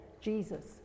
Jesus